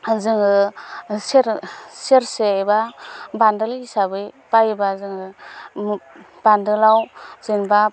जोङो सेरसे बा बान्दोल हिसाबै बायोबा जोङो बान्दोलआव जेनेबा